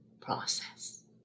process